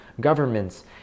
governments